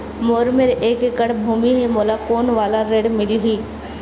मोर मेर एक एकड़ भुमि हे मोला कोन वाला ऋण मिलही?